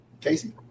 Casey